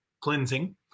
cleansing